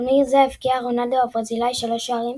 בטורניר זה הבקיע רונאלדו הברזילאי 3 שערים,